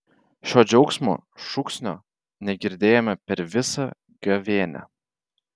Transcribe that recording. šio džiaugsmo šūksnio negirdėjome per visą gavėnią